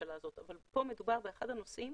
בממשלה הזאת אבל פה מדובר באחד הנושאים